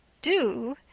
do?